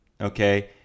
Okay